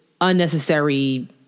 unnecessary